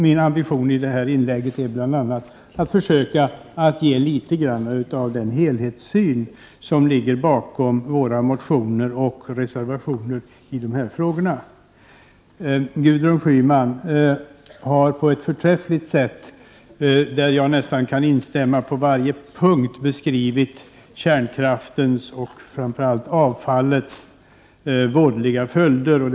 Min ambition med det här inlägget är bl.a. att försöka att ge litet grand av den helhetssyn som ligger bakom miljöpartiets motioner och reservationer i dessa frågor. Gudrun Schyman har på ett förträffligt sätt beskrivit kärnkraftens och kärnkraftsavfallets vådliga följder, och jag kan nästan instämma på varje punkt.